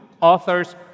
authors